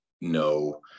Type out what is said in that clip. no